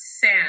Sam